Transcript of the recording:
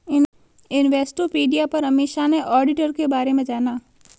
Investopedia पर अमीषा ने auditor के बारे में जाना